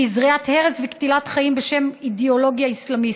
שהיא זריית הרס וקטילת חיים בשם אידיאולוגיה אסלאמיסטית.